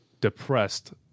depressed